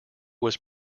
was